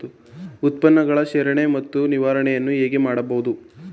ಉತ್ಪನ್ನಗಳ ಶೇಖರಣೆ ಮತ್ತು ನಿವಾರಣೆಯನ್ನು ಹೇಗೆ ಮಾಡಬಹುದು?